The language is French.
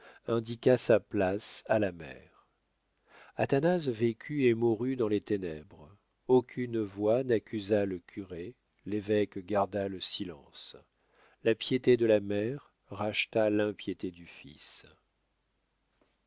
indiqua sa place à la mère athanase vécut et mourut dans les ténèbres aucune voix n'accusa le curé l'évêque garda le silence la piété de la mère racheta l'impiété du fils